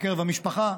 בקרב המשפחה,